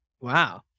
Wow